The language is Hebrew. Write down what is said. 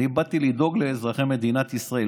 אני באתי לדאוג לאזרחי מדינת ישראל,